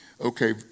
Okay